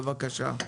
בבקשה.